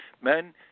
men